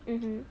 mmhmm